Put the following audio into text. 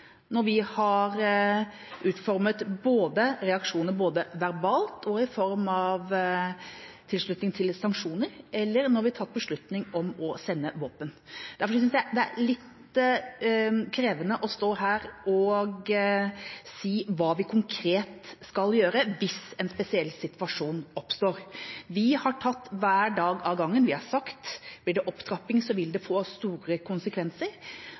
når vi har utformet reaksjoner, både verbalt og i form av tilslutning til sanksjoner, eller når vi har tatt beslutning om å sende våpen. Derfor synes jeg det er litt krevende å stå her og si hva vi konkret skal gjøre hvis en spesiell situasjon oppstår. Vi har tatt hver dag av gangen. Vi har sagt det vil få store konsekvenser hvis det blir opptrapping, og det